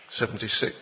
76